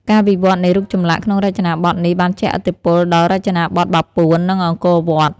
ការវិវត្តនៃរូបចម្លាក់ក្នុងរចនាបថនេះបានជះឥទ្ធិពលដល់រចនាបថបាពួន និងអង្គរវត្ត។